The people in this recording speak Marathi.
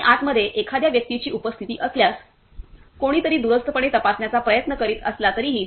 आणि आतमध्ये एखाद्या व्यक्तीची उपस्थिती असल्यास कोणीतरी दूरस्थपणे तपासण्याचा प्रयत्न करीत असला तरीही